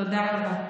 תודה רבה.